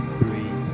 three